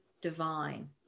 divine